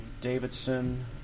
Davidson